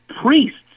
priests